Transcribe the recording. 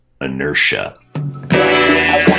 Inertia